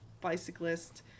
bicyclist